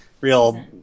real